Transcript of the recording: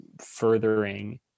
furthering